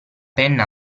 penna